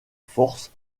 force